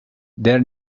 there